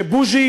שבוז'י